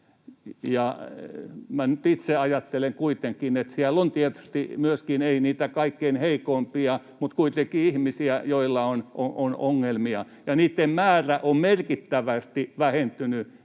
itse ajattelen kuitenkin, että siellä on tietysti myöskin niitä ei kaikkein heikoimpia, mutta kuitenkin ihmisiä, joilla on ongelmia, ja niitten määrä on merkittävästi vähentynyt